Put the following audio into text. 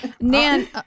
Nan